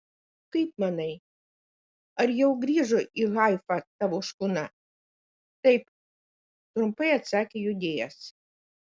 kaip manai ar jau grįžo į haifą tavo škuna taip trumpai atsakė judėjas